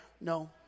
No